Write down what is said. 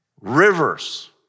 Rivers